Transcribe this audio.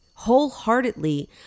wholeheartedly